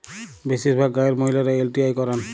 বেশিরভাগ গাঁয়ের মহিলারা এল.টি.আই করেন